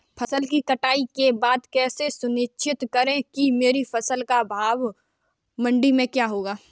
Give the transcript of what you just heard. फसल की कटाई के बाद कैसे सुनिश्चित करें कि मेरी फसल का भाव मंडी में क्या होगा?